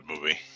movie